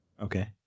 Okay